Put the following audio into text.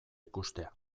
ikustea